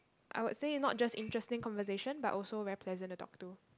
I would say not just interesting conversation but also very pleasant to talk to